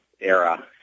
era